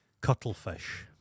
Cuttlefish